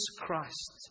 Christ